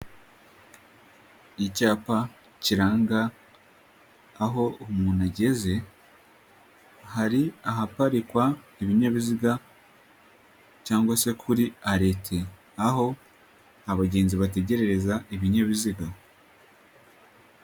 Icyapa kiranga aho umuntu ageze, hari ahaparikwa ibinyabiziga cyangwa se kuri arete, aho abagenzi bategererereza ibinyabiziga.